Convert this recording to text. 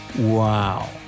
Wow